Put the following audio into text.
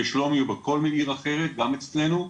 בשלומי או בכל עיר אחרת גם אצלנו,